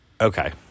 Okay